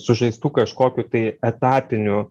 sužaistų kažkokių tai etapinių